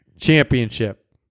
Championship